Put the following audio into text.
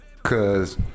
Cause